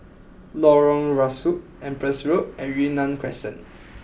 Lorong Rusuk Empress Road and Yunnan Crescent